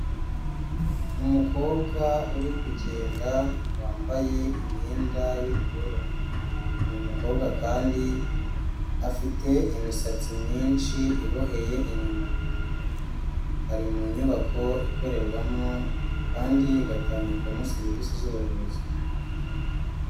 Umukobwa uri kugenda wambaye imyenda y'ubururu, uyu mukobwa kandi afite imisatsi myinshi iboheye inyuma, ari mu nyubako ikorerwamo kandi igatangirwamo serivisi z'ubuvuzi.